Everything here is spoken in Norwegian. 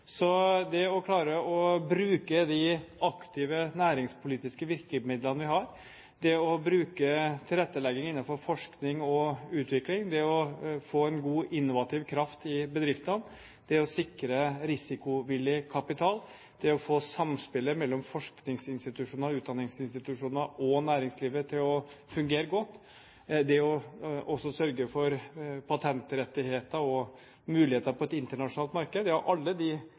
Så det å klare å bruke de aktive næringspolitiske virkemidlene vi har, det å bruke tilrettelegging innenfor forskning og utvikling, det å få en god innovativ kraft i bedriftene, det å sikre risikovillig kapital, det å få samspillet mellom forskningsinstitusjoner og utdanningsinstitusjoner og næringslivet til å fungere godt, det også å sørge for patentrettigheter og muligheter på et internasjonalt marked – ja, alle de